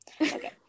Okay